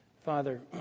Father